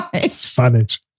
Spanish